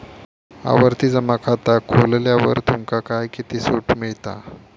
आवर्ती जमा खाता खोलल्यावर तुमका काय किती सूट मिळता?